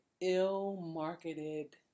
ill-marketed